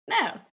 no